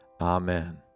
Amen